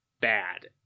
bad